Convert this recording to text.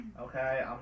Okay